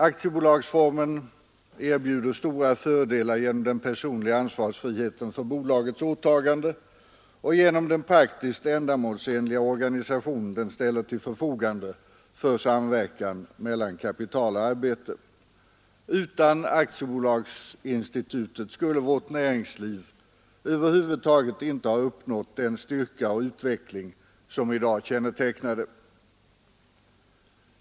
Aktiebolagsformen erbjuder stora fördelar genom den personliga ansvarsfriheten för bolagets åtaganden och genom den praktiskt ändamålsenliga organisation den ställer till förfogande för samverkan mellan kapital och arbete. Utan aktiebolagsinstitutet skulle vårt näringsliv över huvud taget inte ha uppnått den styrka och utveckling som i dag kännetecknar det.